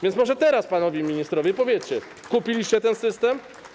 Więc może teraz panowie ministrowie powiecie: Kupiliście ten system.